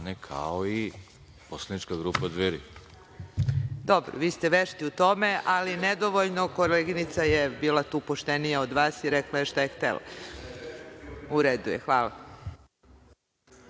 kao i poslanička grupa Dveri. **Sonja Pavlović** Dobro, vi ste vešti u tome, ali nedovoljno, koleginica je bila tu poštenija od vas i rekla je šta je htela. U redu je. Hvala.